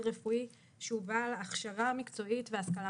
רפואי שהוא בעל הכשרה מקצועית והשכלה